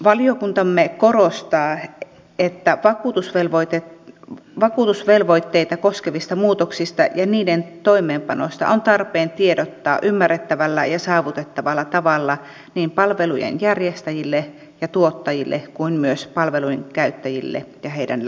valiokuntamme korostaa että vakuutusvelvoitteita koskevista muutoksista ja niiden toimeenpanosta on tarpeen tiedottaa ymmärrettävällä ja saavutettavalla tavalla niin palvelujen järjestäjille ja tuottajille kuin myös palvelujen käyttäjille ja heidän läheisilleen